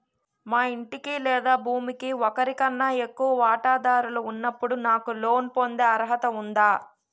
మా ఇంటికి లేదా భూమికి ఒకరికన్నా ఎక్కువ వాటాదారులు ఉన్నప్పుడు నాకు లోన్ పొందే అర్హత ఉందా?